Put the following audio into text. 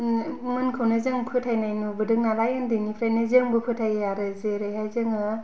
मोनखौनो जों फोथायनाय नुबुदों नालाय उन्दैनिफ्रायनो जोंबो फोथायो आरो जेरैहाय जोङो